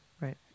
right